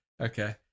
Okay